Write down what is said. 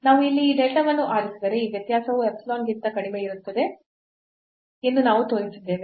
ನಾವು ಇಲ್ಲಿ ಈ delta ವನ್ನು ಆರಿಸಿದರೆ ಈ ವ್ಯತ್ಯಾಸವು epsilon ಗಿಂತ ಕಡಿಮೆಯಿರುತ್ತದೆ ಎಂದು ನಾವು ತೋರಿಸಿದ್ದೇವೆ